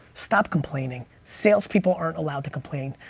stop complaining. salespeople aren't allowed to complain.